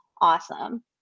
Awesome